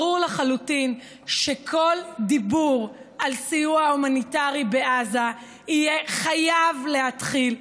ברור לחלוטין שכל דיבור על סיוע הומניטרי בעזה יהיה חייב להתחיל,